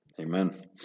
Amen